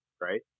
right